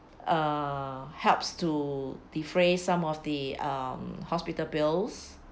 uh helps to defray some of the um hospital bills